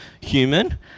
human